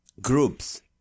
Groups